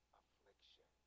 affliction